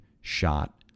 shot